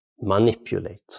manipulate